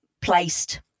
placed